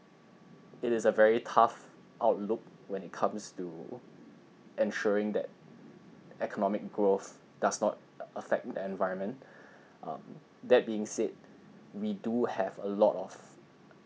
it is a very tough outlook when it comes to ensuring that economic growth does not affect the environment um that being said we do have a lot of